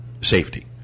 safety